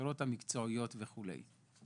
הכשרות מקצועיות וכולי.